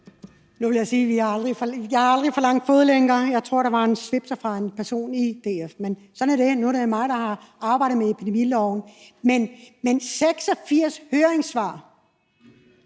jeg aldrig har forlangt noget om fodlænker. Jeg tror, det var en svipser fra en person i DF. Sådan er det, og nu er det mig, der har arbejdet med epidemiloven. Men 86 høringssvar